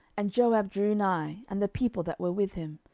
and joab drew nigh, and the people that were with him,